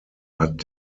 hat